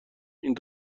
این